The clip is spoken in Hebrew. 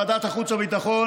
ועדת החוץ והביטחון,